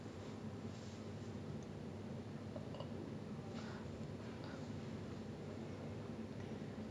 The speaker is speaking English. ya dude of course I play P_S four but okay so my console thing has been quite rocky lah I got my P_S_P when I was like